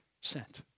sent